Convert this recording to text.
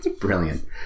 Brilliant